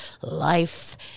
Life